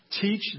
teach